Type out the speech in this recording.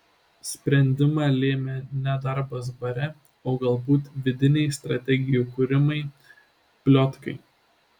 sprendimą lėmė ne darbas bare o galbūt vidiniai strategijų kūrimai pliotkai